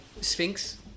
Sphinx